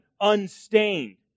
unstained